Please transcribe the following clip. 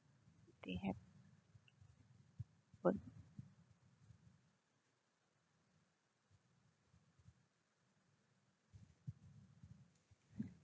they have